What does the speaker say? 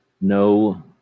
no